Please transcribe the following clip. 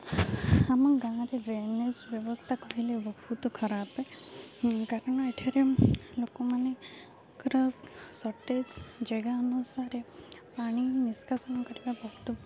ଆମ ଗାଁରେ ଡ୍ରେନେଜ୍ ବ୍ୟବସ୍ଥା କହିଲେ ବହୁତ ଖରାପ କାରଣ ଏଠାରେ ଲୋକମାନେଙ୍କର ସଟେଜ୍ ଜାଗା ଅନୁସାରେ ପାଣି ନିଷ୍କାସନ କରିବା ବହୁତ